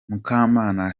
mukamana